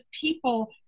people